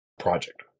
project